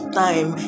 time